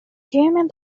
german